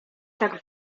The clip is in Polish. tak